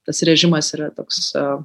tas režimas yra toks